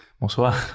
Bonsoir